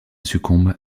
succombe